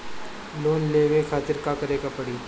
Loan लेवे खातिर का करे के पड़ी?